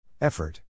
Effort